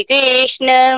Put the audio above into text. Krishna